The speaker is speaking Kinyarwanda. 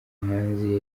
muhanzi